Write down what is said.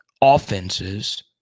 offenses